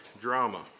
drama